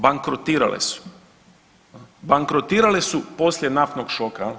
Bankrotirale su, bankrotirale su poslije naftnog šoka jel.